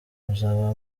muzaba